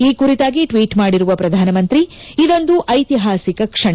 ಈ ಕುರಿತಾಗಿ ಟ್ಲೀಟ್ ಮಾಡಿರುವ ಪ್ರಧಾನಮಂತ್ರಿ ಇದೊಂದು ಐತಿಹಾಸಿಕ ಕ್ಷಣ